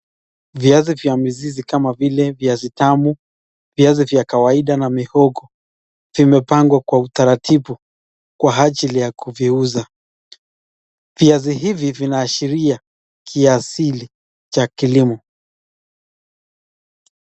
Viazi vya mizizi kama vile viazi tamu, viazi vya kawaida na mihogo vimepangwa kwa utaratibu kwa ajili ya kuviuza. Viazi hivi vinaashiria kiasili cha kilimo.